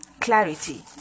clarity